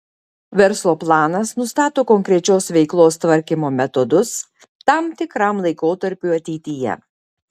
verslo planas nustato konkrečios veiklos tvarkymo metodus tam tikram laikotarpiui ateityje